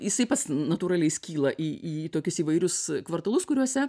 jisai pats natūraliai skyla į į tokius įvairius kvartalus kuriuose